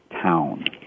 Town